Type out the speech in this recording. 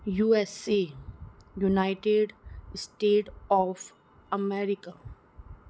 USA united status of America